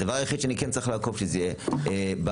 הדבר היחיד שאני כן צריך לעקוב הוא שזה יהיה בר